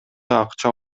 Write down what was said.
акча